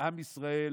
עם ישראל